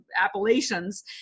Appalachians